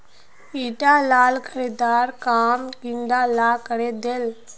ईटा साल खादेर काम कीड़ा ला करे दिले